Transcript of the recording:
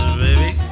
baby